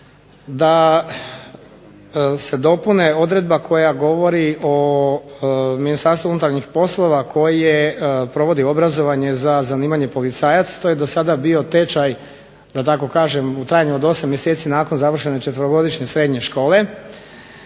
da se dopuni odredba koja govori o Ministarstvu unutarnjih poslova koje provodi obrazovanje za zanimanje policajac, to je do sada bio tečaj u trajanju od 8 mjeseci nakon završene četverogodišnje srednje škole.